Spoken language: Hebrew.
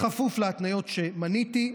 בכפוף להתניות שמניתי,